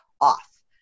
off